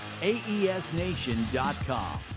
aesnation.com